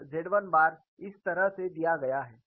और Z1 बार इस तरह से दिया गया है